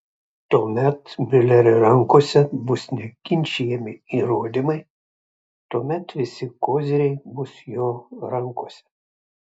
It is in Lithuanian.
tuomet miulerio rankose bus neginčijami įrodymai tuomet visi koziriai bus jo rankose